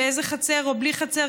עם חצר או בלי חצר,